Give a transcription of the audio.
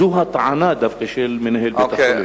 זו דווקא הטענה של מנהל בית-החולים.